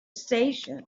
station